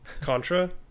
Contra